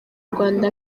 rwanda